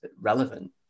relevant